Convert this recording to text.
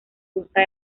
rusa